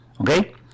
okay